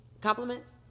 compliments